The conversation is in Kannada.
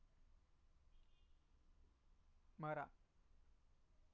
ಮರ